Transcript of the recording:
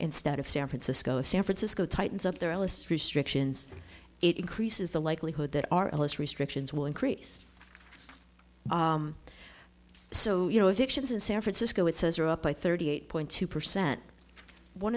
instead of san francisco san francisco tightens up their list restrictions it increases the likelihood that our less restrictions will increase so you know addictions in san francisco it says are up by thirty eight point two percent one